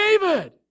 David